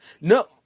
no